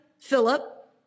Philip